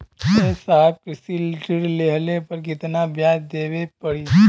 ए साहब कृषि ऋण लेहले पर कितना ब्याज देवे पणी?